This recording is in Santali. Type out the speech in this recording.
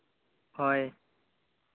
ᱦᱳᱭ